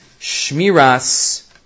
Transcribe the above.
Shmiras